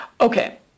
Okay